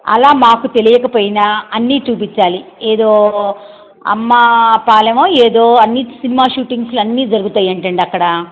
అలా మాకు తెలియకపోయినా అన్నీ చూప్పిచ్చాలి ఏదో అమ్మా పాలెమో ఏదో అన్ని సినిమా షూటింగ్స్లు అన్నీ జరుగుతాయంటండి అక్కడ